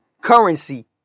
Currency